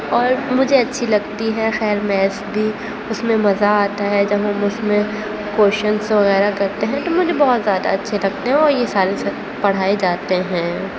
اور مجھے اچھی لگتی ہے خیر میتھ بھی اس میں مزہ آتا ہے جب ہم اس میں کویشچنس وغیرہ کرتے ہیں تو مجھے بہت زیادہ اچھے لگتے ہیں اور یہ سارے پڑھائے جاتے ہیں